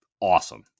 awesome